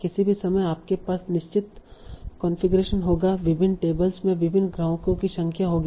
किसी भी समय आपके पास निश्चित कॉन्फ़िगरेशन होगा विभिन्न टेबल्स में विभिन्न ग्राहकों की संख्या होगी